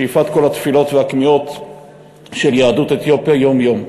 שאיפת כל התפילות והכמיהות של יהדות אתיופיה יום-יום,